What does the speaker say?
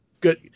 good